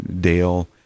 Dale